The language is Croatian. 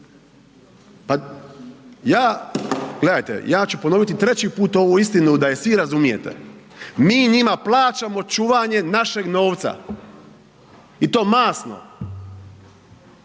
naš novac. Pa ja ću ponoviti ovu istinu da je svi razumijete, mi njima plaćamo čuvanje našeg novca i to masno.